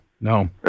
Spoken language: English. No